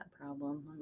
problem